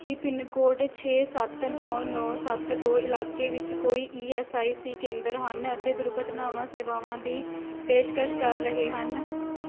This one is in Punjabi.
ਕੀ ਪਿੰਨਕੋਡ ਛੇ ਸੱਤ ਨੌ ਨੌ ਸੱਤ ਦੋ ਇਲਾਕੇ ਵਿੱਚ ਕੋਈ ਈ ਐੱਸ ਆਈ ਸੀ ਕੇਂਦਰ ਹਨ ਅਤੇ ਦੁਰਘਟਨਾਵਾਂ ਸੇਵਾਵਾਂ ਦੀ ਪੇਸ਼ਕਸ਼ ਕਰ ਰਹੇ ਹਨ